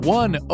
one